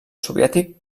soviètic